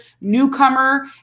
newcomer